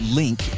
link